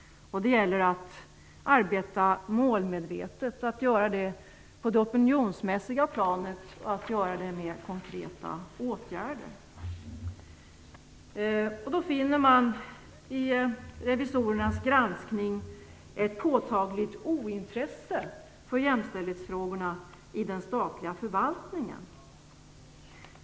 Det gäller att arbeta målmedvetet, på det opinionsmässiga planet och med konkreta åtgärder. Enligt revisorernas granskning finner man ett påtagligt ointresse för jämställdhetsfrågorna i den statliga förvaltningen.